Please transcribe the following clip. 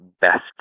best